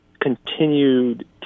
continued